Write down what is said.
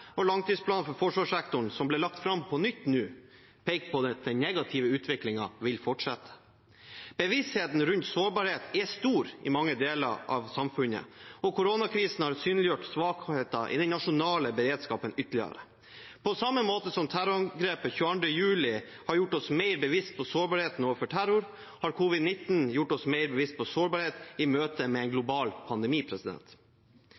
og langtidsplanen for forsvarssektoren, som ble lagt fram på nytt nå, peker på at den negative utviklingen vil fortsette. Bevisstheten rundt sårbarhet er stor i mange deler av samfunnet, og koronakrisen har synliggjort svakheter i den nasjonale beredskapen ytterligere. På samme måte som terrorangrepet 22. juli 2011 har gjort oss mer bevisst på sårbarhet overfor terror, har covid-19 gjort oss mer bevisst på sårbarhet i møte med en